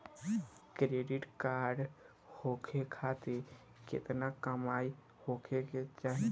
Credit card खोले खातिर केतना कमाई होखे के चाही?